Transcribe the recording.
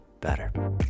better